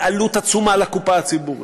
בעלות עצומה לקופה הציבורית,